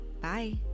Bye